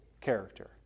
character